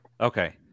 Okay